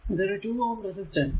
ഇത് ഒരു 2Ω റെസിസ്റ്റൻസ്